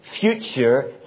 future